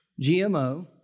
GMO